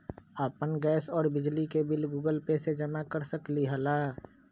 अपन गैस और बिजली के बिल गूगल पे से जमा कर सकलीहल?